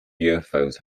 ufos